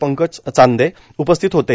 पंकज चांदे उपस्थित होते